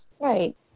Right